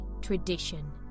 Tradition